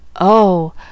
Oh